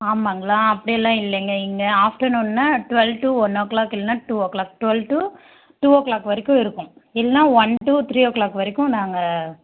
ஆமாம்ங்களா அப்படியெல்லாம் இல்லைங்க இங்கே ஆஃப்டர்நூன்னா twelve to one o'clock இல்லைன்னா two o'clock twelve to two o'clock வரைக்கும் இருக்கும் இல்லைன்னா one to three o'clock வரைக்கும் நாங்கள்